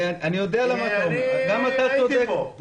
כי אני הייתי פה.